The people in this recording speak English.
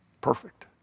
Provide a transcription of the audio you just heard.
Perfect